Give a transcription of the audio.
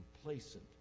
complacent